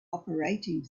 operating